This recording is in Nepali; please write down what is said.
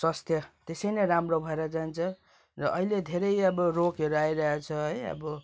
स्वस्थ्य त्यसै नै राम्रो भएर जान्छ र अहिले धेरै अब रोगहरू आइरहेको छ अब